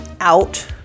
out